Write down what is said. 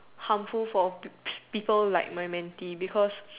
harmful for [pe] people like my mentee because